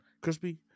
crispy